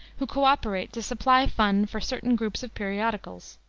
who co-operate to supply fun for certain groups of periodicals.